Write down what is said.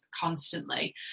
constantly